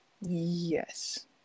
yes